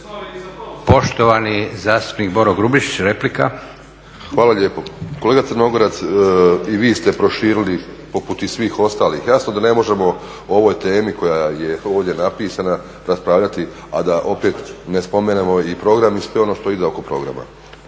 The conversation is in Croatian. Poštovani zastupnik Boro Grubišić, replika. **Grubišić, Boro (HDSSB)** Hvala lijepo. Kolega Crnogorac i vi ste proširili poput svih ostalih. Jasno da ne možemo o ovoj temi koja je ovdje napisana raspravljati a da opet ne spomenemo i program i sve ono što ide oko programa.